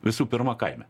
visų pirma kaime